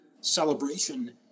celebration